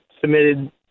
submitted